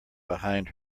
behind